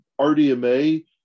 RDMA